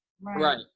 Right